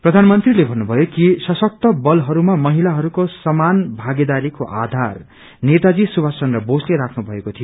प्रधानमंत्रीले भन्नुभयो कि सशक्त बलहरूमा महिलाहरूको समान भागेदारीको आधार नेताजी सुभाष चन्द्र बोसले राख्नु भएको थियो